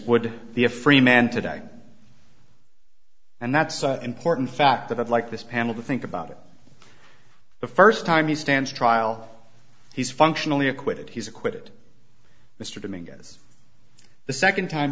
would be a free man today and that's an important fact of i'd like this panel to think about it the first time he stands trial he's functionally acquitted he's acquitted mr domingo has the second time